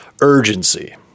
urgency